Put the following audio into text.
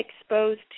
exposed